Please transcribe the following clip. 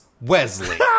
Wesley